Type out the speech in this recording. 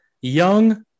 young